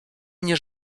mnie